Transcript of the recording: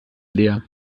leer